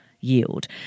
yield